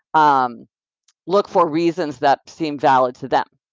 um look for reasons that seem valid to them,